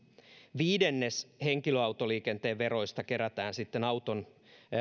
viidennes henkilöautoliikenteen veroista kerätään auton